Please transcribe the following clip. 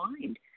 mind